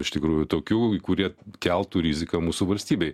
iš tikrųjų tokių kurie keltų riziką mūsų valstybei